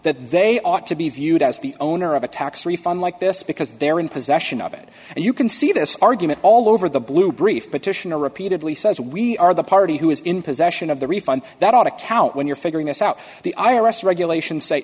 that they ought to be viewed as the owner of a tax refund like this because they're in possession of it and you can see this argument all over the blue brief petition to repeatedly says we are the party who is in possession of the refund that account when you're figuring this out the i r s regulations say